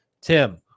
tim